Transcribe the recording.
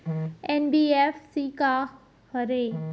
NBFC का हरे?